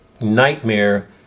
nightmare